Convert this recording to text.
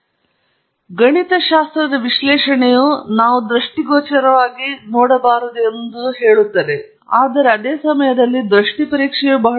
ಆದ್ದರಿಂದ ನೀವು ನೋಡಿ ಗಣಿತಶಾಸ್ತ್ರದ ವಿಶ್ಲೇಷಣೆಯು ನಾವು ದೃಷ್ಟಿಗೋಚರವಾಗಿ ಕಾಣಬಾರದು ಎಂಬುದನ್ನು ತೋರಿಸುತ್ತದೆ ಆದರೆ ಅದೇ ಸಮಯದಲ್ಲಿ ದೃಷ್ಟಿ ಪರೀಕ್ಷೆ ಬಹಳ ಮುಖ್ಯ